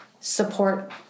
support